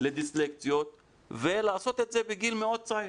לדיסלקציות ולעשות את זה בגיל מאוד צעיר.